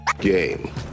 Game